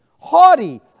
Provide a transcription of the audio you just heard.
haughty